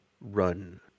run